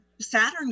Saturn